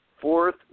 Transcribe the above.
fourth